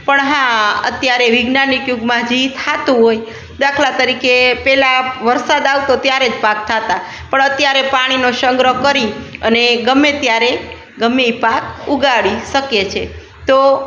પણ હા અત્યારે વિજ્ઞાનિક યુગમાં જી થતું હોય દાખલા તરીકે પેલા વરસાદ આવતો ત્યારે જ પાક થાતા પણ અત્યારે પાણીનો સંગ્રહ કરી અને ગમે ત્યારે ગમે તે પાક ઉગાડી શકે છે તો